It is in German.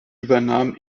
übernahm